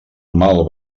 mal